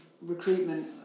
recruitment